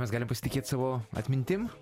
mes galim pasitikėt savo atmintim